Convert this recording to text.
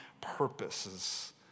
purposes